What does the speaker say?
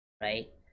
right